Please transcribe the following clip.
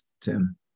Tim